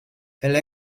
elle